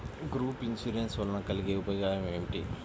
Group insurance వలన కలిగే ఉపయోగమేమిటీ?